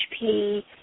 HP